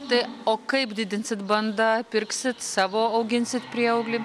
tai o kaip didinsit bandą pirksit savo auginsit prieauglį